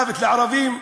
מוות לערבים,